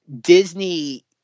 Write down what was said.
Disney